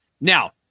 Now